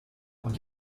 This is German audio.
und